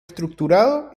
estructurado